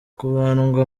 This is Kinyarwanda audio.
kubandwa